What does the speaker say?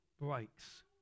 breaks